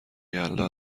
یلدا